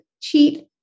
cheat